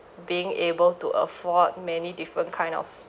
being able to afford many different kind of